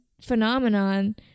phenomenon